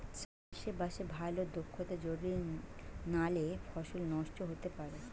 চাষে বাসে ভালো দক্ষতা জরুরি নালে ফসল নষ্ট হতে পারে